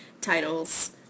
titles